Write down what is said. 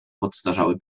podstarzały